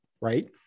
right